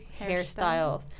hairstyles